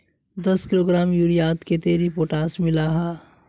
दस किलोग्राम यूरियात कतेरी पोटास मिला हाँ?